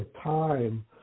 time